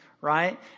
right